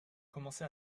commencé